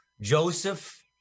Joseph